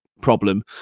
problem